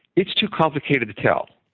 it's too complicated to tell.